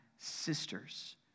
Sisters